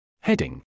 Heading